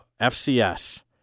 FCS